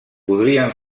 podrien